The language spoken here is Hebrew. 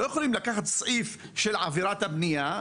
לא יכולים לקחת סעיף של עבירת הבנייה,